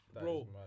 Bro